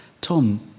Tom